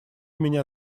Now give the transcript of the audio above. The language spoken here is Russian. меня